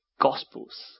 Gospels